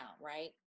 right